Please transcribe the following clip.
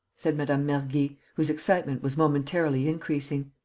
said madame mergy, whose excitement was momentarily increasing.